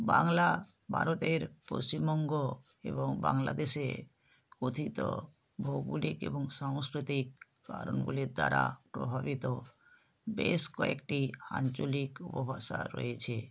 বাংলা ভারতের পশ্চিমবঙ্গ এবং বাংলাদেশে কথিত ভৌগোলিক এবং সাংস্কৃতিক কারণগুলির দ্বারা প্রভাবিত বেশ কয়েকটি আঞ্চলিক উপভাষা রয়েছে